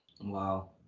Wow